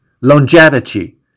longevity